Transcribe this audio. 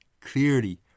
clearly